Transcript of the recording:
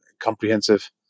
comprehensive